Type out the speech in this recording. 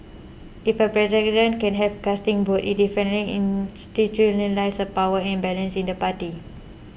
if a president can have casting vote it definitely institutionalises a power imbalance in the party